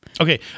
Okay